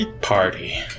Party